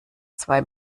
zwei